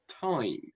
time